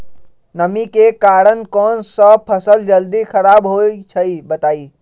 नमी के कारन कौन स फसल जल्दी खराब होई छई बताई?